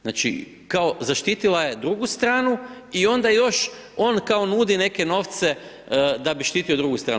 Znači kao zaštitila je drugu stranu i onda još on kao nudi neke novce, da bi štitio drugu stranu.